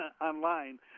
online